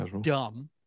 dumb